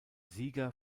sieger